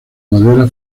madera